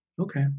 Okay